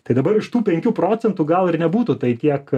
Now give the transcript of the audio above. tai dabar iš tų penkių procentų gal ir nebūtų tai tiek